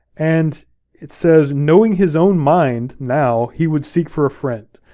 and it says, knowing his own mind now, he would seek for a friend.